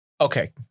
Okay